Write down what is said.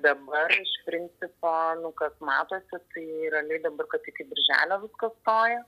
dabar iš principo nu kas matosi tai realiai dabar kad iki birželio viskas stoja